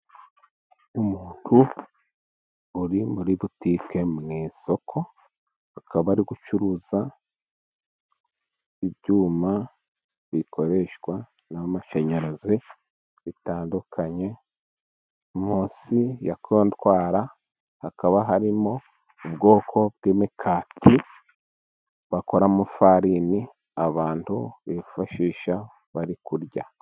Umuntu uri muri butike mu isoko, akaba ari gucuruza ibyuma bikoreshwa n'amashanyarazi bitandukanye, munsi ya kotwara hakaba harimo ubwoko bw'imikati bakora mu ifarini abantu bifashisha bari kurya.